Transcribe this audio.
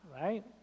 right